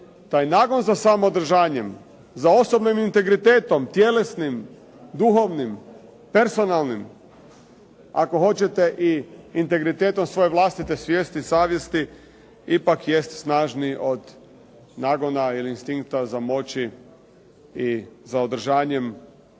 taj nagon za samoodržanjem, za osobnim integritetom tjelesnim, duhovnim, personalnim, ako hoćete i integritetom svoje vlastite svijesti, savjesti ipak jest snažniji od nagona ili instinkta za moći i za održanjem